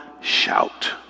shout